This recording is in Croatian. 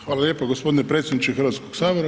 Hvala lijepa gospodine predsjedniče Hrvatskog sabora.